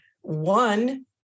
One